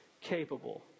capable